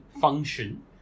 function